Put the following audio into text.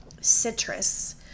citrus